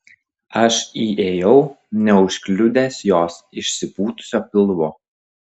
aš įėjau neužkliudęs jos išsipūtusio pilvo